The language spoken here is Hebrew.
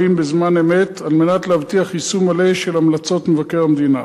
בזמן אמת על מנת להבטיח יישום מלא של המלצות מבקר המדינה.